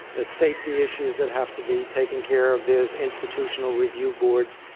the safety issues that have to be taking care of this, institutional review boards.